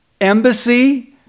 embassy